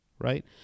Right